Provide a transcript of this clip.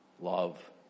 love